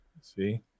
See